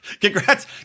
Congrats